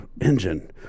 engine